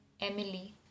Emily